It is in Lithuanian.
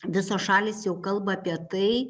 visos šalys jau kalba apie tai